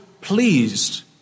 pleased